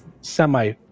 semi